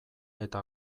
eta